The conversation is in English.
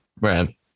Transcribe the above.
right